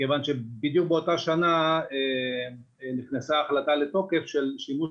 מכיוון שבדיוק באותה שנה נכנסה החלטה לתוקף של שימוש